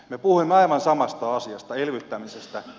me puhuimme aivan samasta asiasta elvyttämisestä